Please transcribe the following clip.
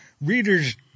Reader's